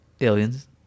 Aliens